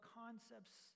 concepts